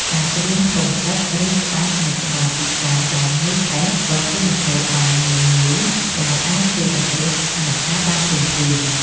ការត្រៀមធុងទឹក ឬខ្សាច់នៅក្បែរទីតាំងដែលងាយឆេះក៏ជាមធ្យោបាយងាយៗដែលអាចជួយសង្គ្រោះស្ថានការណ៍បានភ្លាមៗ។